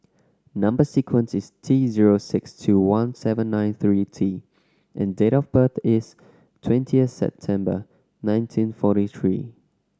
number sequence is T zero six two one seven nine three T and date of birth is twentieth September nineteen forty three